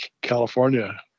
California